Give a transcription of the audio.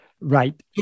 right